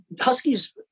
Huskies